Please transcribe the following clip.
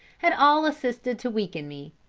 had all assisted to weaken me.